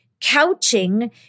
couching